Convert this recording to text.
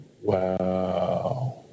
Wow